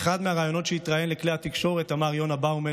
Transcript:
באחד הראיונות שהתראיין לכלי התקשורת אמר יונה באומל